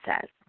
says